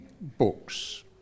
books